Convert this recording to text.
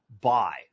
buy